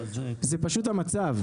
זה פשוט המצב.